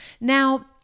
Now